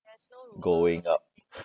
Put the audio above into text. going up